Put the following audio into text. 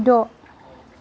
द'